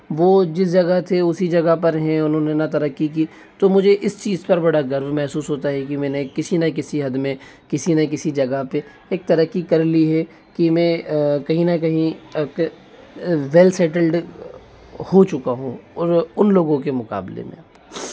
वो जिस जगह थे उसी जगह पर हैं उन्होंने ना तरक्की की तो मुझे इस चीज़ पर बड़ा गर्व महसूस होता है कि मैंने किसी ना किसी हद में किसी ना किसी जगह पे एक तरक्की कर ली है कि मैं कहीं ना कहीं वेल सेटल्ड हों चुका हूँ और उन लोगों के मुकाबले में